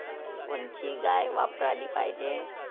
कोनची गाय वापराली पाहिजे?